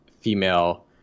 female